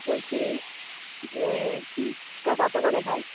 বলছি যে ফুচকা কত করে ভাই